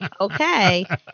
okay